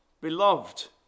beloved